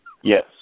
Yes